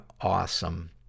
awesome